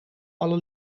alle